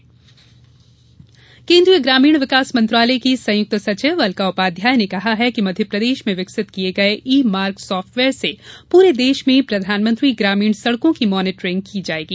ई Marg software केन्द्रीय ग्रामीण विकास मंत्रालय की संयुक्त सचिव अलका उपाध्याय ने कहा कि मध्यप्रदेश में विकसित किए गये ई मार्ग सॉफ्टवेयर से पूरे देश में प्रधानमंत्री ग्रामीण सड़कों की मॉनीटरिंग की जाएगी